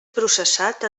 processat